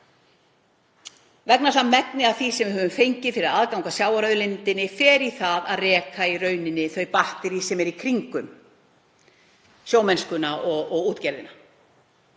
árum. Megnið af því sem við höfum fengið fyrir aðgang að sjávarauðlindinni fer í að reka þau batterí sem eru í kringum sjómennskuna og útgerðina,